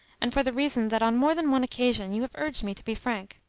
and for the reason that on more than one occasion you have urged me to be frank.